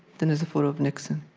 then there's a photo of nixon